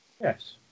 Yes